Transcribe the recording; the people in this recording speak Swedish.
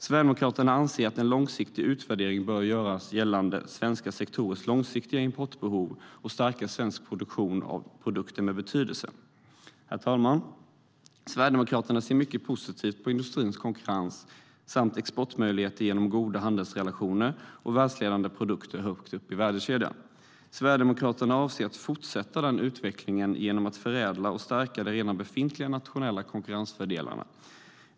Sverigedemokraterna anser att en långsiktig utvärdering bör göras av svenska sektorers långsiktiga importbehov i syfte att stärka svensk produktion av produkter med betydelse. Herr talman! Sverigedemokraterna ser mycket positivt på industrins konkurrens och exportmöjligheter genom goda handelsrelationer och världsledande produkter högt upp i värdekedjan. Sverigedemokraterna avser att fortsätta den utvecklingen genom att förädla och stärka de befintliga nationella konkurrensfördelarna.